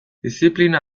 diziplina